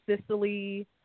Sicily